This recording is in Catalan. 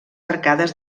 arcades